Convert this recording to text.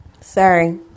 Sorry